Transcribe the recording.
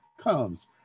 comes